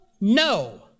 No